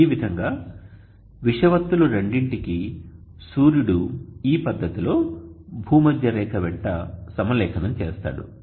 ఈ విధంగా విషువత్తుల రెండింటికీ సూర్యుడు ఈ పద్ధతిలో భూమధ్య రేఖ వెంట సమలేఖనం చేస్తాడు